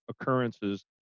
occurrences